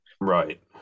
Right